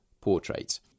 portrait